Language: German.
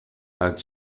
als